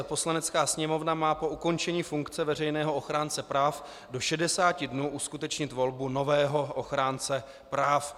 Poslanecká sněmovna má po ukončení funkce veřejného ochránce práv do 60 dnů uskutečnit volbu nového ochránce práv.